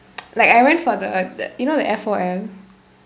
like I went for the the you know the F O L